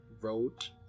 wrote